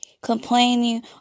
complaining